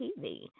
TV